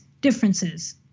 differences